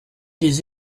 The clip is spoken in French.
des